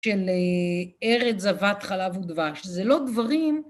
של "ארץ זבת חלב ודבש". זה לא דברים...